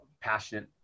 passionate